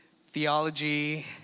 theology